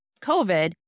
COVID